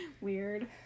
Weird